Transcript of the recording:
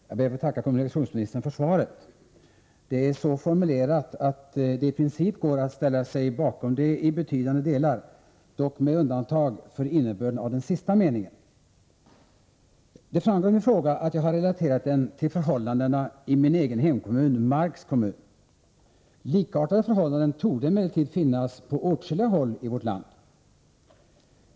Herr talman! Jag ber att få tacka kommunikationsministern för svaret på min fråga. Det är så formulerat att det i princip går att ställa sig bakom det i betydande delar, dock med undantag för innebörden i den sista meningen. Jag har relaterat min fråga till förhållandena i min hemkommun, Marks kommun. Likartade förhållanden torde emellertid finnas på åtskilliga håll i vårt land.